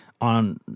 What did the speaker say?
on